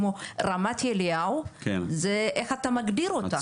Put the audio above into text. כמו רמת אליהו - זה איך אתה מגדיר אותה.